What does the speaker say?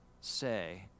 say